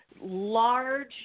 large